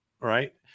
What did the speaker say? right